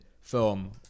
film